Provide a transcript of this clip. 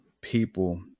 people